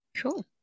Cool